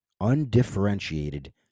undifferentiated